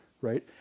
right